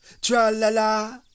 tra-la-la